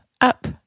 up